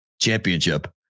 championship